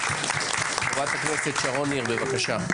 חברת הכנסת שרון ניר, בבקשה.